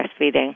breastfeeding